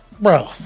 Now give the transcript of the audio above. Bro